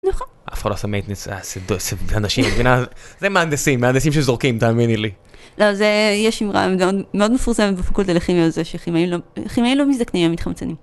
נכון! אף אחד לא שומע את נסעה סדוס אנשים מבינה זה מהנדסים מהנדסים שזורקים תאמיני לי לא זה יש אימרה מאוד מפורסמת בפקולטה לכימיה זה שכימאים לא מזדקנים הם מתחמצנים.